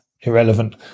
irrelevant